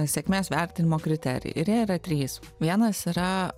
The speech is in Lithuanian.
sėkmės vertinimo kriterijai ir jie yra trys vienas yra